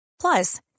Plus